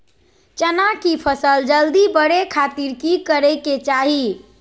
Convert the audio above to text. चना की फसल जल्दी बड़े खातिर की करे के चाही?